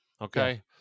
Okay